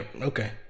okay